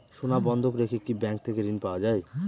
সোনা বন্ধক রেখে কি ব্যাংক থেকে ঋণ পাওয়া য়ায়?